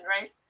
right